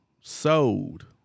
sold